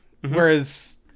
whereas